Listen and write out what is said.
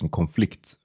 konflikt